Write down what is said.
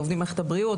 עובדים במערכת הבריאות,